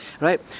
Right